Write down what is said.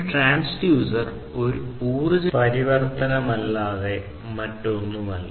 ഒരു ട്രാൻസ്ഡ്യൂസർ ഒരു ഊർജ്ജ പരിവർത്തനമല്ലാതെ മറ്റൊന്നുമല്ല